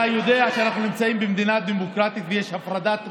אתה יודע שאנחנו נמצאים במדינה דמוקרטית ויש הפרדת רשויות.